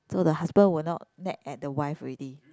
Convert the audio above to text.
so the husband will not nag at the wife already